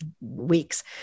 weeks